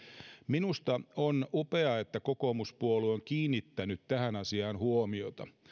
minusta on upeaa että kokoomuspuolue on kiinnittänyt tähän asiaan huomiota